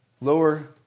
lower